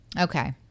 Okay